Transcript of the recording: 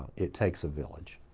it takes a village.